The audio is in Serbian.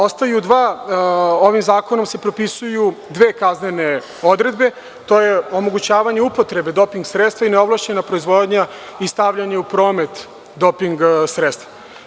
Ovim zakonom se propisuju dve kaznene odredbe, a to je omogućavanje upotrebe doping sredstva i neovlašćena proizvodnja i stavljanje u promet doping sredstva.